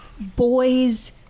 boys